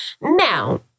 Now